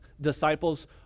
disciples